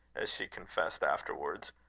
as she confessed afterwards.